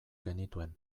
genituen